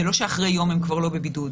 זה לא שאחרי יום הם כבר לא בבידוד.